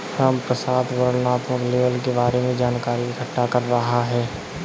रामप्रसाद वर्णनात्मक लेबल के बारे में जानकारी इकट्ठा कर रहा है